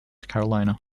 carolina